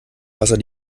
wasser